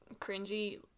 cringy